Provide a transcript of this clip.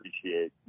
appreciate